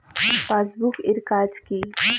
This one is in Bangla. পাশবুক এর কাজ কি?